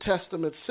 Testament